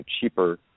cheaper